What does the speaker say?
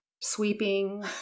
sweeping